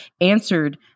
answered